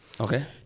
Okay